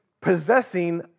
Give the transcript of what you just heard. possessing